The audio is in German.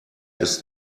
ist